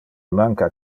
manca